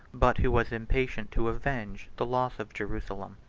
but who was impatient to avenge, the loss of jerusalem.